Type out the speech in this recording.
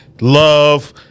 love